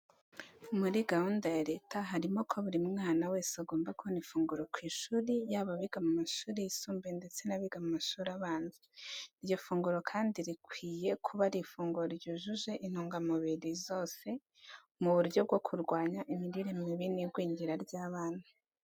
Muri gahunda ya leta, harimo ko buri mwana wese agomba kubona ifunguro ku ishuri, yaba abiga mu mashuri yisimbuye ndetse n'abiga mu mashuri abanza. Iryo funguro kandi rikwiye kuba ari ifunguro ryujuje intungamubiri zose mu buryo bwo kurwanya imirire mibi n'igwingira ry'abana.